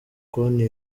konti